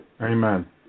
Amen